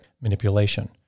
manipulation